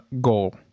goal